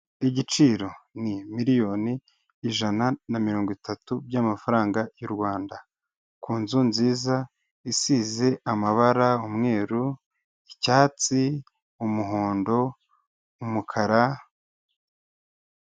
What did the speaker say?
Igiciro ni miliyoni ijana na mirongo itatu by'amafaranga y'u Rwanda, ku nzu nziza isize amabara, umweru. icyatsi, umuhondo, umukara.